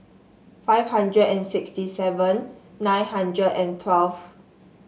five hundred and sixty seven nine hundred and twelve